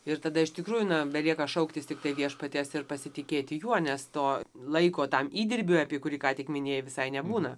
ir tada iš tikrųjų na belieka šauktis tiktai viešpaties ir pasitikėti juo nes to laiko tam įdirbiui apie kurį ką tik minėjai visai nebūna